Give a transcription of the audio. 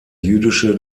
jüdische